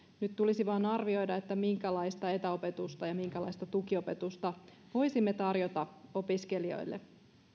nyt tulisi vain arvioida minkälaista etäopetusta ja minkälaista tukiopetusta voisimme tarjota opiskelijoille